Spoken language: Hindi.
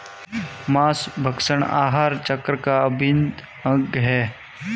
माँसभक्षण आहार चक्र का अभिन्न अंग है